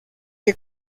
que